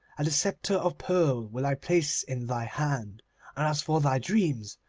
and the sceptre of pearl will i place in thy hand. and as for thy dreams,